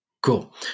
Cool